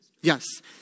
Yes